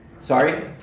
Sorry